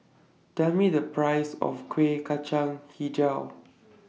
Tell Me The Price of Kueh Kacang Hijau